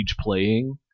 playing